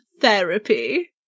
therapy